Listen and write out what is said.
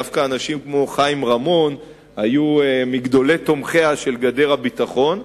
דווקא אנשים כמו חיים רמון היו מגדולי תומכיה של גדר הביטחון,